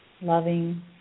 loving